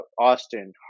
Austin